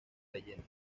leyenda